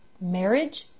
Marriage